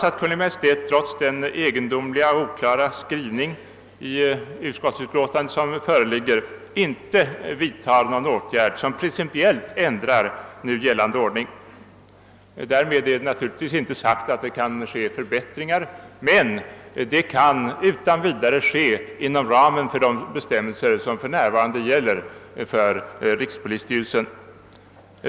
Trots den egendomliga och oklara skrivningen i utskottets utlåtande hoppas jag att Kungl. Maj:t inte vidtar någon åtgärd som principiellt ändrar nu gällande ordning. Därmed är naturligtvis inte sagt att det inte kan göras förbättringar, men det kan ske inom ramen för de bestämmelser som för närvarande gäller för rikspolisstyrelsen.